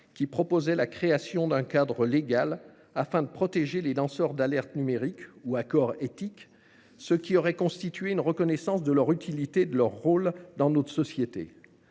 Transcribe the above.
qui tendaient à créer un cadre légal pour protéger les lanceurs d’alerte numérique ou hackers éthiques, ce qui aurait constitué une reconnaissance de leur utilité et de leur rôle dans notre société.